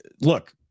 Look